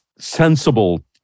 sensible